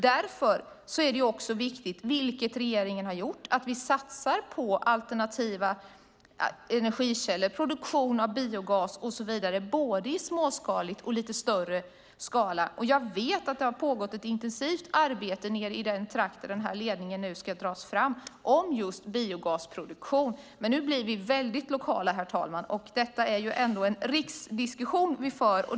Därför är det också viktigt att vi satsar, vilket regeringen har gjort, på alternativa energikällor, produktion av biogas och så vidare, både småskaligt och i lite större skala. Jag vet att det har pågått ett intensivt arbete nere i den trakt där denna ledning nu ska dras fram om just biogasproduktion. Men nu blir vi väldigt lokala, herr talman. Det är ändå en riksdiskussion vi för.